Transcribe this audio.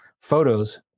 photos